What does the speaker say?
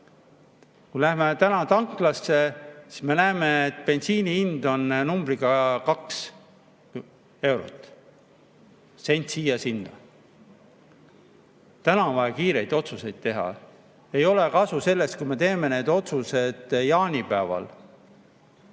Kui lähme täna tanklasse, siis me näeme, et bensiini hind on kaks eurot, sent siia-sinna. Täna on vaja kiireid otsuseid teha, ei ole kasu sellest, kui me teeme need otsused jaanipäeval.